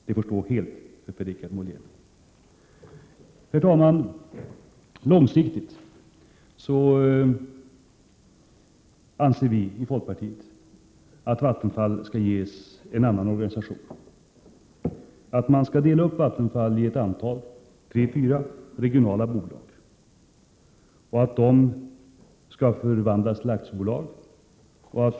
Det får Per-Richard Molén bli ensam om. Herr talman! Vi i folkpartiet anser att Vattenfall på lång sikt skall ges en annan organisation. Vi menar att man skall dela upp Vattenfall i tre fyra regionala bolag, som skall förvandlas till aktiebolag.